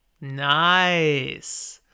Nice